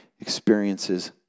experiences